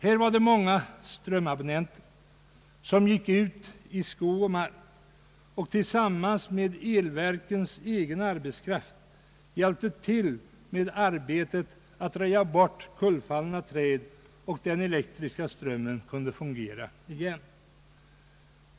Där var det många strömabonnenter som gick ut i skog och mark och tillsammans med elverkets egen arbetskraft röjde bort kullfallna träd — och den elektriska strömmen kunde fungera igen.